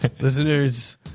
listeners